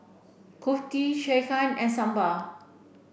Kulfi Sekihan and Sambar